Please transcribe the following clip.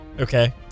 Okay